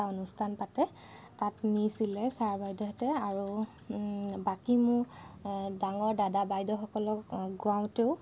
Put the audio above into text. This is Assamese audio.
অনুষ্ঠান পাতে তাত নিছিলে ছাৰ বাইদেউহঁতে আৰু বাকী মোৰ ডাঙৰ দাদা বাইদেউসকলক গোৱাওঁতেও